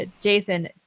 Jason